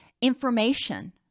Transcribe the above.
information